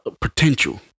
potential